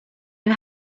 you